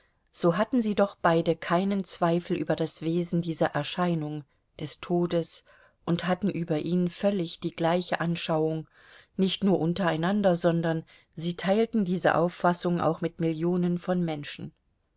so hatten sie doch beide keinen zweifel über das wesen dieser erscheinung des todes und hatten über ihn völlig die gleiche anschauung nicht nur untereinander sondern sie teilten diese auffassung auch mit millionen von menschen